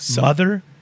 Mother